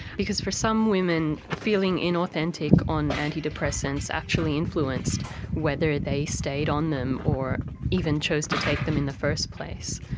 because for some women, feeling inauthentic on antidepressants actually influenced whether they stayed on them or even chose to take them in the first place.